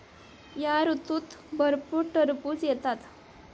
या ऋतूत भरपूर टरबूज येतात